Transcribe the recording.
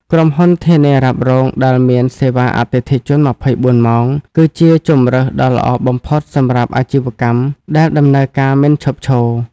ក្រុមហ៊ុនធានារ៉ាប់រងដែលមាន សេវាអតិថិជន ២៤ ម៉ោង គឺជាជម្រើសដ៏ល្អបំផុតសម្រាប់អាជីវកម្មដែលដំណើរការមិនឈប់ឈរ។